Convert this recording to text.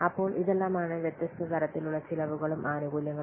അപ്പോൾ ഇതെല്ലാമാണ് വ്യത്യസ്ത തരത്തിലുള്ള ചെലവുകളും ആനുകൂല്യങ്ങളും